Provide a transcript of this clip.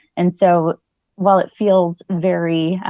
and so while it feels very